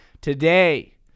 Today